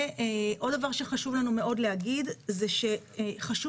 עוד דבר שחשוב לנו מאוד להגיד זה שחשוב